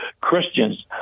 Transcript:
Christians